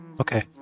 Okay